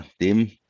dem